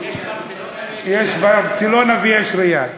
יש "ברצלונה" ויש "ריאל".